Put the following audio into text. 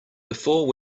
before